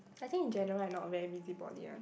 I think in general I not very busybody one